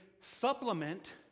supplement